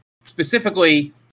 specifically